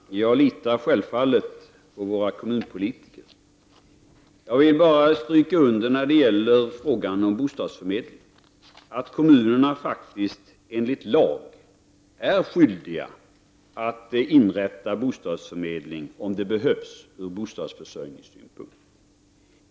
Fru talman! Jag litar självfallet på våra kommunpolitiker. När det gäller frågan om bostadsförmedling vill jag bara stryka under att kommunerna faktiskt enligt lag är skyldiga att inrätta bostadsförmedling, om det behövs från bostadsförsörjningssynpunkt.